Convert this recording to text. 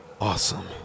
Awesome